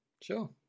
Sure